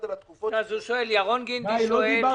ירון גינדי שואל